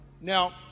Now